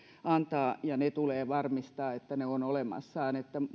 antaa ja mistä tulee varmistaa että ne ovat olemassa